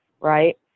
right